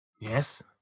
Yes